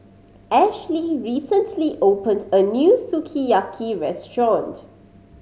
Ashleigh recently opened a new Sukiyaki Restaurant